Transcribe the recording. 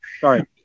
sorry